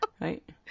right